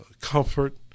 comfort